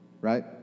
right